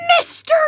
Mr